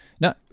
Now